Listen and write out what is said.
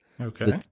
Okay